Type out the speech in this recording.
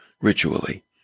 ritually